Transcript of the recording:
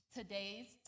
Today's